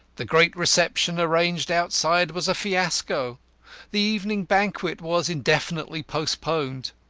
the great reception arranged outside was a fiasco the evening banquet was indefinitely postponed.